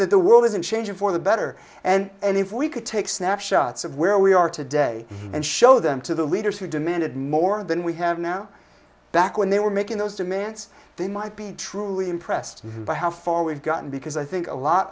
that the world isn't changing for the better and if we could take snapshots of where we are today and show them to the leaders who demanded more than we have now back when they were making those demands they might be truly impressed by how far we've gotten because i think a lot